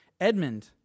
Edmund